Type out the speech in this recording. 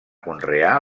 conrear